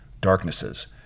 Darknesses